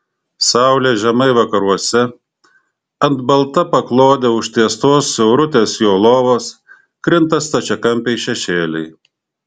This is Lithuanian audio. saulė žemai vakaruose ant balta paklode užtiestos siaurutės jo lovos krinta stačiakampiai šešėliai